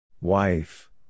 Wife